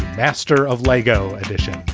master of lego edition,